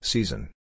Season